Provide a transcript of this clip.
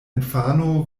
infano